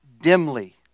dimly